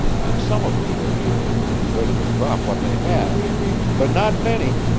and some of em were here and ready to drop what they had but not many.